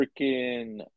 freaking